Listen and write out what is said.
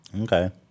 Okay